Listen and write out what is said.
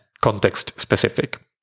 context-specific